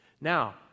Now